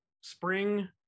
spring